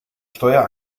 steuer